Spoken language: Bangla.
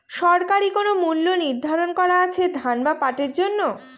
সরকারি কোন মূল্য নিধারন করা আছে ধান বা পাটের জন্য?